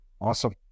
Awesome